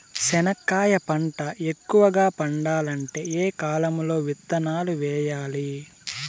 చెనక్కాయ పంట ఎక్కువగా పండాలంటే ఏ కాలము లో విత్తనాలు వేయాలి?